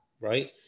right